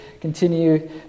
continue